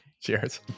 Cheers